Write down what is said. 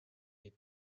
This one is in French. les